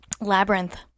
Labyrinth